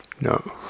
No